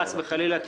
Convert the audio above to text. חס וחלילה,